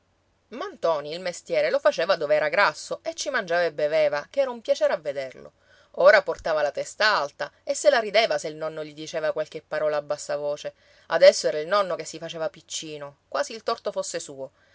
ntoni il mestiere lo faceva dove era grasso e ci mangiava e beveva che era un piacere a vederlo ora portava la testa alta e se la rideva se il nonno gli diceva qualche parola a bassa voce adesso era il nonno che si faceva piccino quasi il torto fosse suo